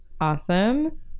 awesome